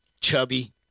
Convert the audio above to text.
Chubby